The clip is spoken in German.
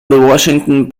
washington